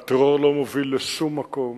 הטרור לא מוביל לשום מקום.